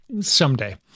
Someday